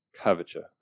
curvature